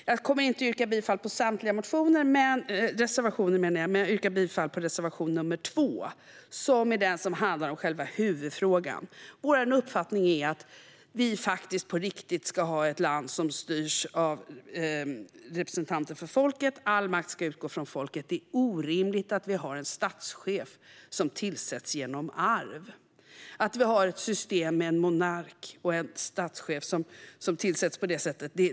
Jag kommer inte att yrka bifall till samtliga reservationer, men jag yrkar bifall till reservation nr 2, som är den som handlar om själva huvudfrågan. Vår uppfattning är att vi faktiskt på riktigt ska ha ett land som styrs av representanter för folket. All makt ska utgå från folket. Det är orimligt att vi har en statschef som tillsätts genom arv - att vi har ett system med en monark och en statschef som tillsätts på det sättet.